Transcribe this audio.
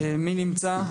מי נמצא?